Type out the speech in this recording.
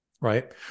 right